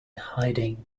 hiding